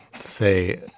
say